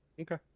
Okay